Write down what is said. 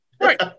Right